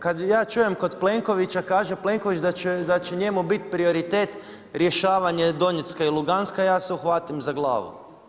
Kad ja čujem kod Plenkovića, kaže Plenković da će njemu biti prioritet rješavanje Donjecka i Luganska, ja se uhvatim za glavu.